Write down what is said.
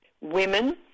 women